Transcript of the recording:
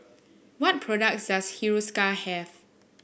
what products does Hiruscar have